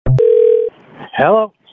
Hello